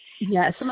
Yes